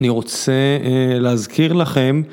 אני רוצה להזכיר לכם.